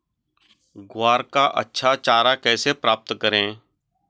ग्वार का अच्छा चारा कैसे प्राप्त करें?